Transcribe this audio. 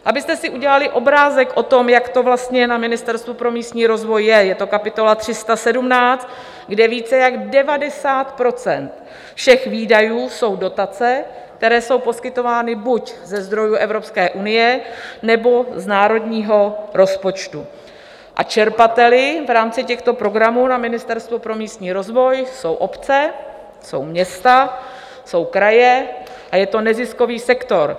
Abyste si udělali obrázek o tom, jak to vlastně na Ministerstvu pro místní rozvoj je, je to kapitola 17, kde více než 90 % všech výdajů jsou dotace, které jsou poskytovány buď ze zdrojů Evropské unie, nebo z národního rozpočtu a čerpateli v rámci těchto programů na Ministerstvu pro místní rozvoj jsou obce, jsou města, jsou kraje a je to neziskový sektor.